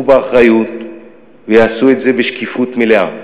באחריות ויעשו את זה בשקיפות מלאה.